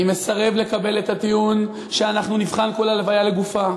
אני מסרב לקבל את הטיעון שאנחנו נבחן כל הלוויה לגופה,